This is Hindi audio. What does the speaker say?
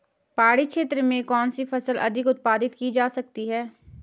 पहाड़ी क्षेत्र में कौन सी फसल अधिक उत्पादित की जा सकती है?